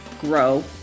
grow